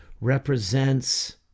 represents